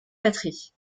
patrie